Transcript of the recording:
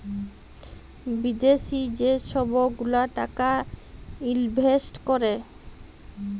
বিদ্যাশি যে ছব গুলা টাকা ইলভেস্ট ক্যরে